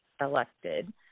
elected –